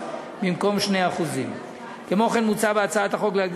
במקום 2%. כמו כן מוצע בהצעת החוק להגדיל